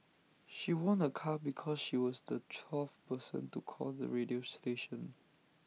she won A car because she was the twelfth person to call the radio station